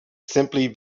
simply